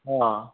अ